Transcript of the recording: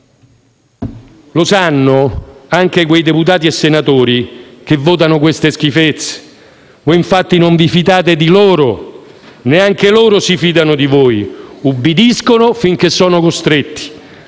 Lo sanno anche quei deputati e senatori che votano schifezze del genere. Non di fidate di loro e neanche loro si fidano di voi. Ubbidiscono finché sono costretti.